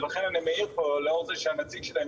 לכן אני מעיר פה לאור זה שהנציג שלהם